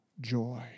joy